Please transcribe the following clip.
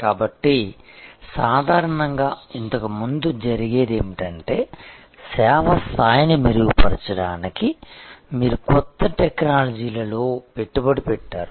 కాబట్టి సాధారణంగా ఇంతకు ముందు జరిగేది ఏమిటంటే సేవ స్థాయిని మెరుగుపరచడానికి మీరు కొత్త టెక్నాలజీలలో పెట్టుబడి పెట్టారు